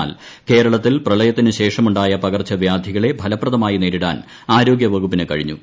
എന്നാൽ കേരളത്തിൽ പ്രളയത്തിന് ശേഷമുണ്ടായ പകർച്ചവ്യാധികളെ ഫലപ്രദമായി നേരിടാൻ ആരോഗൃ വകുപ്പിന് കഴി ഞ്ഞു